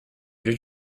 did